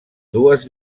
dues